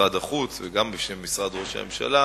משרד החוץ וגם בשם משרד ראש הממשלה